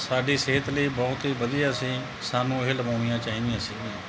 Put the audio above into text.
ਸਾਡੀ ਸਿਹਤ ਲਈ ਬਹੁਤ ਹੀ ਵਧੀਆ ਸੀ ਸਾਨੂੰ ਇਹ ਲਵਾਉਣੀਆਂ ਚਾਹੀਦੀਆਂ ਸੀਗੀਆਂ